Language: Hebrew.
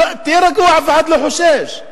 תהיה רגוע, אף אחד לא חושש.